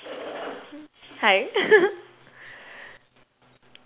hi